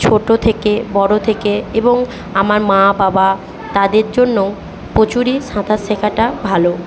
ছোট থেকে বড় থেকে এবং আমার মা বাবা তাদের জন্যও প্রচুরই সাঁতার শেখাটা ভালো